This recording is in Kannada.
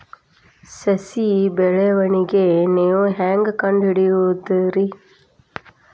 ಸಸಿ ಬೆಳವಣಿಗೆ ನೇವು ಹ್ಯಾಂಗ ಕಂಡುಹಿಡಿಯೋದರಿ?